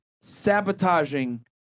sabotaging